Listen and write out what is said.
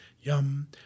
yum